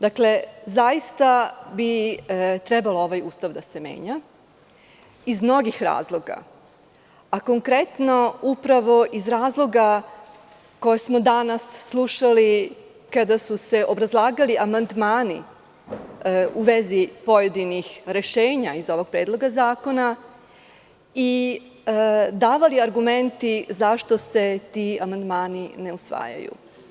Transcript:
Zaista bi trebalo ovaj Ustav da se menja iz mnogih razloga, a konkretno upravo iz razloga koje smo danas slušali kada su se obrazlagali amandmani u vezi pojedinih rešenja iz ovog predloga zakona i davali argumenti zašto se ti amandmani ne usvajaju.